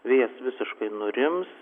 vėjas visiškai nurims